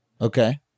Okay